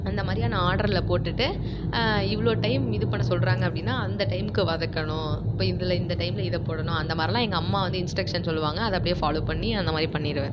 அந்த மாதிரியா நான் ஆடரில் போட்டுட்டு இவ்வளோ டைம் இது பண்ண சொல்றாங்க அப்படின்னா அந்த டைம்க்கு வதக்கணும் இப்போ இதில் இந்த டைமில் இதை போடணும் அந்த மாதிரிலாம் எங்கள் அம்மா வந்து இன்ஸ்ட்ரக்ஷன் சொல்லுவாங்க அதை அப்டேயே ஃபாலோ பண்ணி அந்த மாதிரி பண்ணிடுவேன்